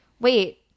wait